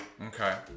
Okay